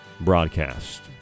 broadcast